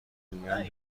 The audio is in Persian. میگم